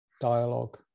dialogue